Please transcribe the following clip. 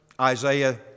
Isaiah